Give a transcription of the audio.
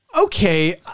okay